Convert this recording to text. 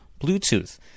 Bluetooth